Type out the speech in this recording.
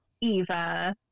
Eva